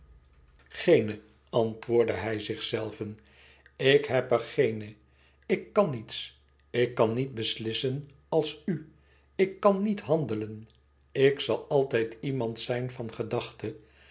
geene antwoordde hij zichzelven ik heb er geene ik kan niets ik kan niet beslissen als nu ik kan niet handelen ik zal altijd iemand zijn van gedachte